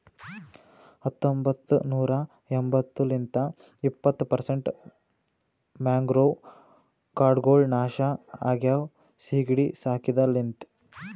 ಹತೊಂಬತ್ತ ನೂರಾ ಎಂಬತ್ತು ಲಿಂತ್ ಇಪ್ಪತ್ತು ಪರ್ಸೆಂಟ್ ಮ್ಯಾಂಗ್ರೋವ್ ಕಾಡ್ಗೊಳ್ ನಾಶ ಆಗ್ಯಾವ ಸೀಗಿಡಿ ಸಾಕಿದ ಲಿಂತ್